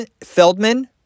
Feldman